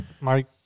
Mike